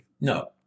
No